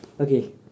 Okay